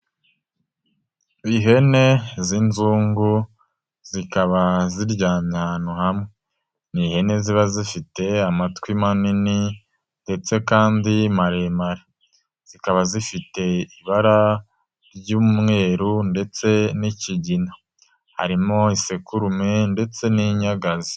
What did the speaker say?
Ihene z'inzungu zikaba ziryamye ahantu hamwe ni ihene ziba zifite amatwi manini ndetse kandi maremare zikaba zifite ibara ry'umweru ndetse n'ikigina harimo isekurume ndetse n'inyagazi.